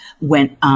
went